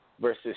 versus